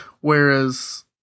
Whereas